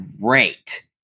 great